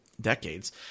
decades